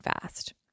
fast